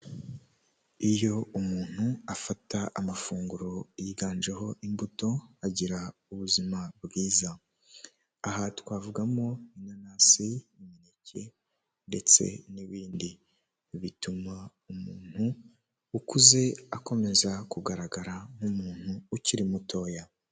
Iyo abayobozi basoje inama bari barimo hari ahantu habugenewe bahurira bakiga ku myanzuro yafashwe ndetse bakanatanga n'umucyo ku bibazo byagiye bigaragazwa ,aho hantu iyo bahageze baraniyakira.